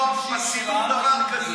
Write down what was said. עשינו דבר כזה.